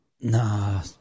Nah